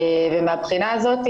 מהבחינה הזאת,